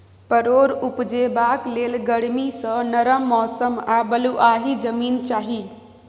परोर उपजेबाक लेल गरमी सँ नरम मौसम आ बलुआही जमीन चाही